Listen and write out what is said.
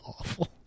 awful